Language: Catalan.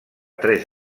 tres